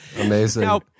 Amazing